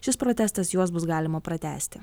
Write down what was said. šis protestas juos bus galima pratęsti